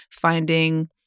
finding